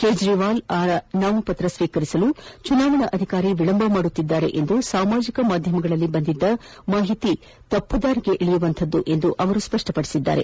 ಕೇಜ್ರಿವಾಲ್ ಅವರ ನಾಮಪತ್ರ ಸ್ವೀಕರಿಸಲು ಚುನಾವಣಾಧಿಕಾರಿ ವಿಳಂಬ ಮಾಡುತ್ತಿದ್ದಾರೆ ಎಂದು ಸಾಮಾಜಿಕ ಮಾಧ್ಯಮಗಳಲ್ಲಿ ಬಂದ ಮಾಹಿತಿ ತಪ್ಪುದಾರಿಗೆಳೆಯುವಂತದ್ದು ಎಂದು ಅವರು ಸ್ಪಷ್ಟಪದಿಸಿದ್ದಾರೆ